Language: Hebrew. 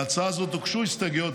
להצעה הזאת הוגשו הסתייגויות,